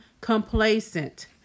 complacent